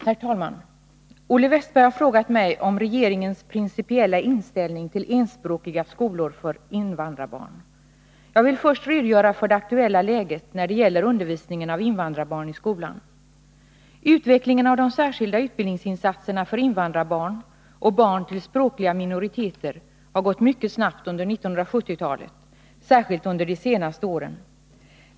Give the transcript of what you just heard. Herr talman! Olle Wästberg i Stockholm har frågat mig om regeringens principiella inställning till enspråkiga skolor för invandrarbarn. Jag vill först redogöra för det aktuella läget när det gäller undervisningen av invandrarbarn i skolan. Utvecklingen av de särskilda utbildningsinsatserna för invandrarbarn och barn till språkliga minoriteter har gått mycket snabbt under 1970-talet. särskilt under de senaste åren.